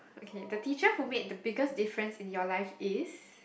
okay the teacher who made the biggest difference in your life is